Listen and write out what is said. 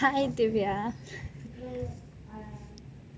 hi divya நம்ம:namma